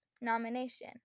nomination